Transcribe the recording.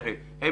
וכולי.